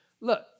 Look